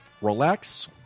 relax